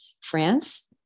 France